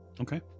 Okay